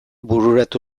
bururatu